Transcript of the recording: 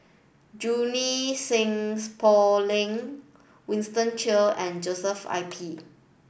Junie Sng Poh Leng Winston Choo and Joshua I P